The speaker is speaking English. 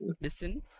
Listen